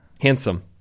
Handsome